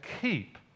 keep